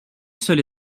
seule